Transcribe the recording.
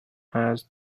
has